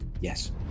Yes